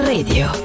Radio